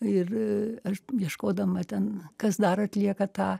ir aš ieškodama ten kas dar atlieka tą